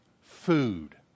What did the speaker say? food